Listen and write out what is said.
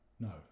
No